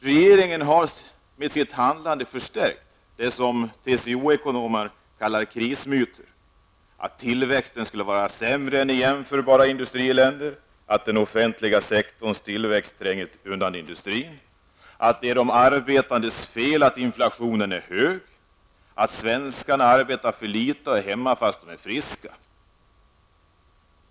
Regeringen har med sitt handlande förstärkt det som TCO-ekonomerna kallar krismyter -- att tillväxten skulle vara sämre än i jämförbara industriländer, att den offentliga sektorns tillväxt tränger undan industrin, att det är de arbetandes fel att inflationen är hög, att svenskarna arbetar för litet och är hemma fast de är friska.